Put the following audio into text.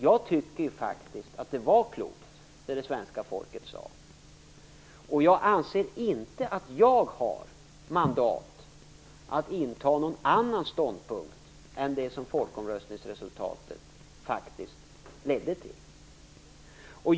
Jag tycker faktiskt att det som det svenska folket sade var klokt. Jag anser inte att jag har mandat att inta någon annan ståndpunkt än den som folkomröstningsresultatet ledde till.